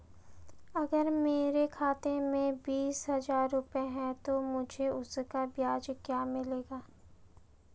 अगर मेरे खाते में बीस हज़ार रुपये हैं तो मुझे उसका ब्याज क्या मिलेगा?